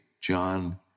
john